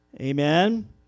Amen